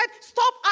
stop